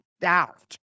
doubt